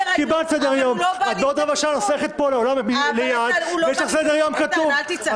קיבלת סדר יום --- יש לך סדר יום כתוב -- אל תצעק עליי.